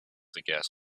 gas